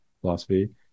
philosophy